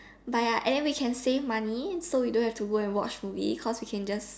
by ya and we can save money so we don't have to go watch movie cause we can just